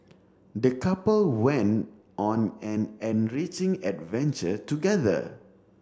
the couple went on an enriching adventure together